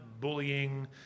bullying